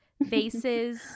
vases